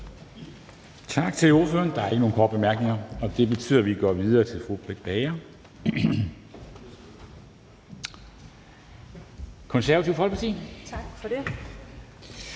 Tak til ordføreren. Der er ikke nogen korte bemærkninger, og det betyder, at vi går videre til fru Britt Bager, Det Konservative Folkeparti. Kl.